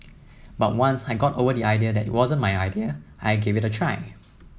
but once I got over the idea that it wasn't my idea I gave it a try